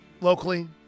locally